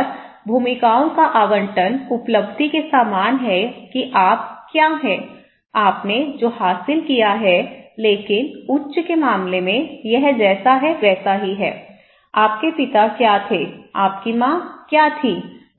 और भूमिकाओं का आवंटन उपलब्धि के समान है कि आप क्या हैं आपने जो हासिल किया है लेकिन उच्च के मामले में यह जैसा है वैसा ही है आपके पिता क्या थे आपकी माँ क्या थी